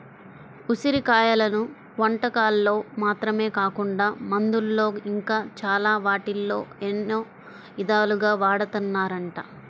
ఉసిరి కాయలను వంటకాల్లో మాత్రమే కాకుండా మందుల్లో ఇంకా చాలా వాటిల్లో ఎన్నో ఇదాలుగా వాడతన్నారంట